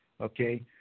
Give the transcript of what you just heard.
okay